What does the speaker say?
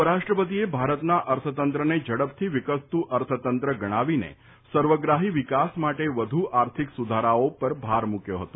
ઉપરાષ્ટ્રપતિએ ભારતના અર્થતંત્રને ઝડપથી વિકસતું અર્થતંત્ર ગણાવીને સર્વપ્રાહી વિકાસ માટે વધુ આર્થિક સુધારાઓ પર ભાર મૂક્યો હતો